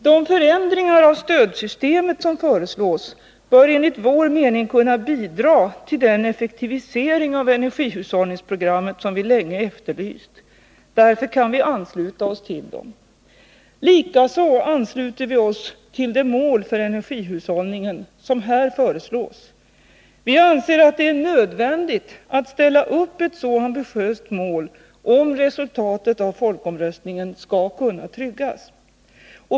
De förändringar av stödsystemet som föreslås bör enligt vår mening kunna bidra till den effektivisering av energihushållningsprogrammet som vi länge efterlyst. Därför kan vi ansluta oss till dem. Likaså ansluter vi oss till det mål för energihushållningen som här föreslås. Vi anser att det är nödvändigt att ställa upp ett så ambitiöst mål, om resultatet av folkomröstningen skall kunna tryggas.